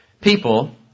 people